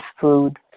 food